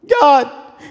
God